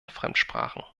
fremdsprachen